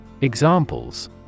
Examples